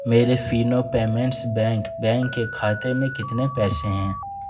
میرے Fino payments bank bank کے کھاتے میں کتنے پیسے ہیں